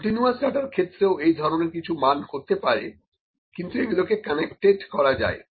continuous ডাটার ক্ষেত্রেও এই ধরনের কিছু মান হতে পারে কিন্তু এগুলোকে কানেক্টেড করা যায়